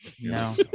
No